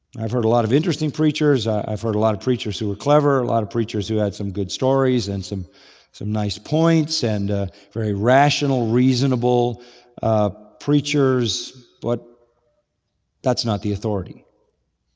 i've heard a lot of interesting preachers. i've heard a lot of preachers who are clever, a lot of preachers who had some good stories and some some nice points, and very rational, reasonable ah preachers but that's not the authority.